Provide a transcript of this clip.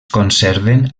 conserven